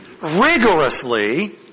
rigorously